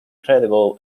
credible